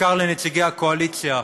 בעיקר לנציגי הקואליציה,